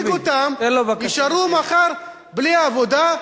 שכביכול אתה מנהיג אותם יישארו מחר בלי עבודה,